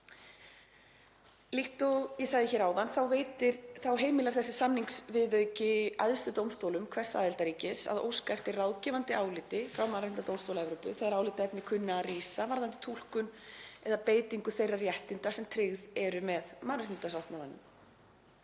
Líkt og ég sagði hér áðan heimilar þessi samningsviðauki æðstu dómstólum hvers aðildarríkis að óska eftir ráðgefandi áliti frá Mannréttindadómstól Evrópu þegar álitaefni kunna að rísa varðandi túlkun eða beitingu þeirra réttinda sem tryggð eru með mannréttindasáttmálanum,